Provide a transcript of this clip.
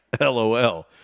LOL